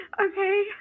Okay